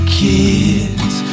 kids